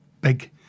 big